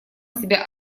себя